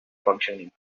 functioning